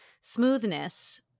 smoothness